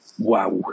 Wow